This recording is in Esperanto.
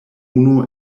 unu